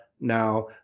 now